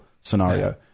scenario